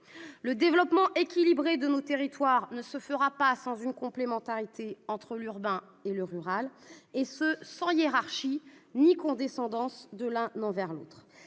Le développement équilibré de nos territoires ne se fera pas sans une complémentarité entre l'urbain et le rural, et ce sans hiérarchie ni condescendance. La ruralité